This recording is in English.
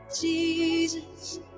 Jesus